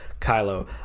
kylo